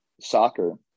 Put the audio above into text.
soccer